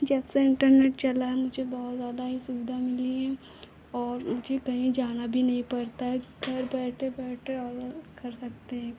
जबसे इन्टरनेट चला है मुझे बहुत ज़्यादा ही सुविधा मिली है और मुझे कहीं जाना भी नहीं पड़ता है घर बैठे बैठे ऑर्डर कर सकते हैं